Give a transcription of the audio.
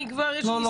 כבר יש לי ניסיון,